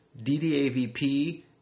ddavp